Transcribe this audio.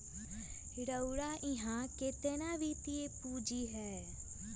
रउरा इहा केतना वित्तीय पूजी हए